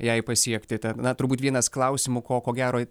jai pasiekti tad na turbūt vienas klausimų ko ko gero